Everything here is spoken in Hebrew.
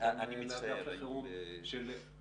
סגן מנהל אגף החירום --- אני מצטער.